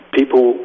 people